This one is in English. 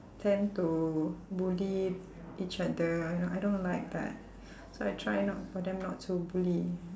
tend to bully each other you know I don't like that so I try not for them not to bully